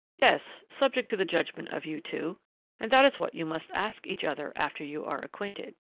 yes, subject to the judgment of you two and that is what you must ask each other after you are acquainted.